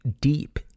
deep